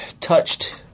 touched